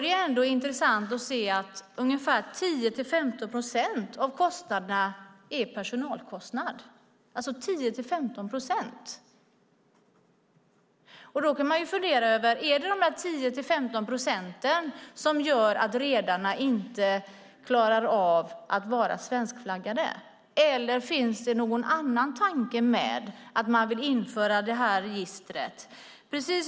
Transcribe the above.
Det är intressant att se att ungefär 10-15 procent av kostnaderna är personalkostnad. Man kan fundera över om det är dessa 10-15 procent som gör att redarna inte klarar av att vara svenskflaggade, eller finns det någon annan tanke med att införa detta register?